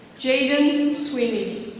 jaden sweeney.